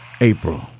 April